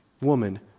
woman